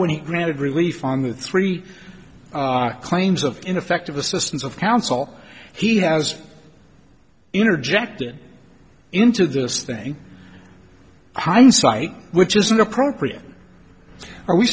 when he granted relief on the three claims of ineffective assistance of counsel he has interjected into this thing hindsight which is an appropriate are we